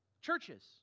churches